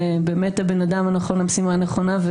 באמת הבן אדם הנכון למשימה הנכונה.